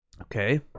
okay